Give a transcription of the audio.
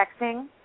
texting